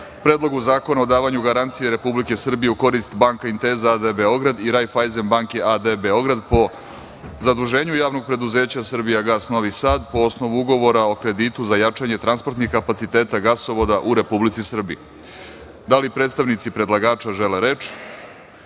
Predlogu zakona o davanju garancija Republike Srbije u korist Banca Intesa AD Beograd i Raiffeisen banke a.d. Beograd po zaduženju Javnog preduzeća „Srbijagas“ Novi Sad, po osnovu ugovora o kreditu za jačanje transportnih kapaciteta gasovoda u Republici Srbiji. Da li predstavnici predlagača žele reč? Reč